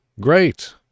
Great